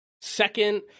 second